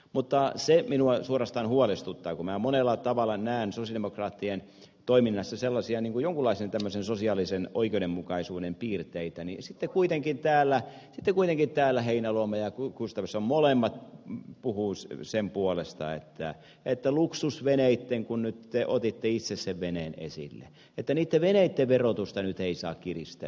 mutta se minua suorastaan huolestuttaa kun minä monella tavalla näen sosialidemokraattien toiminnassa jonkunlaisen sosiaalisen oikeudenmukaisuuden piirteitä että sitten kuitenkin täällä edustajat heinäluoma ja gustafsson molemmat puhuvat sen puolesta että luksusveneitten kun nyt te otitte itse sen veneen esille verotusta nyt ei saa kiristää jnp